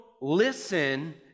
listen